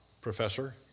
professor